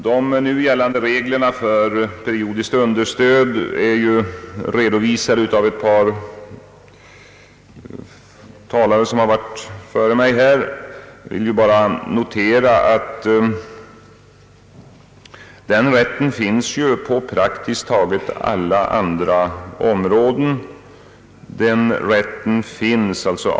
De nu gällande reglerna för periodiskt understöd är redovisade av ett par talare före mig. Jag vill bara notera att avdragsrätt finns på praktiskt taget alla andra områden.